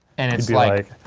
and it's like.